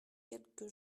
quelque